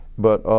but